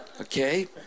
Okay